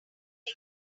big